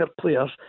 players